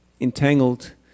entangled